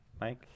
Mike